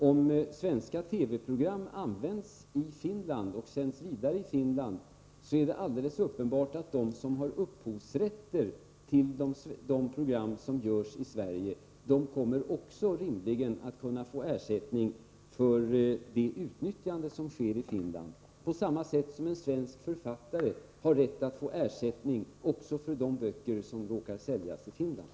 Om svenska TV-program tas emot och sänds vidare i Finland, är det alldeles uppenbart att de som har upphovsrätter till de program som görs i Sverige rimligen skall ha ersättning också för det utnyttjande som sker i Finland, på samma sätt som en svensk författare har rätt att få ersättning också för de böcker som råkar säljas i Finland.